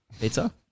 Pizza